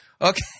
Okay